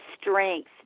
strength